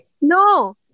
No